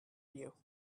you